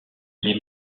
les